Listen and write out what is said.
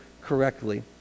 correctly